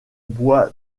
bois